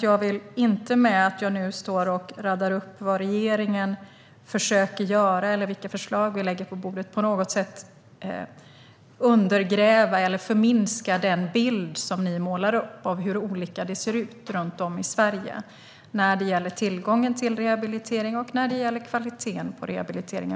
Jag vill verkligen inte när jag nu står och radar upp vad regeringen försöker göra eller vilka förslag vi lägger fram på bordet på något sätt undergräva eller förminska den bild som ni målar upp av hur olika det ser ut runt om i Sverige när det gäller tillgången till rehabilitering och när det gäller kvaliteten på rehabiliteringen.